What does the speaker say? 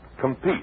compete